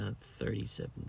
thirty-seven